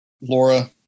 Laura